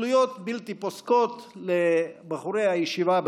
התנכלויות בלתי פוסקות לבחורי הישיבה בחומש.